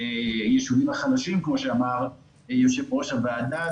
ביישובים החלשים כמו שאמר יושב-ראש הוועדה.